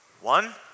One